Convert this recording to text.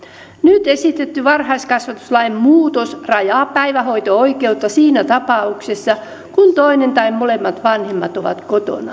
nyt esitetty varhaiskasvatuslain muutos rajaa päivähoito oikeutta siinä tapauksessa kun toinen tai molemmat vanhemmat ovat